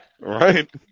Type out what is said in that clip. Right